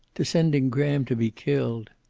to sending graham to be killed.